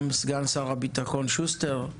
גם סגן שר הביטחון שוסטר,